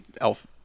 Elf